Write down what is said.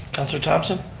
councilor thompson.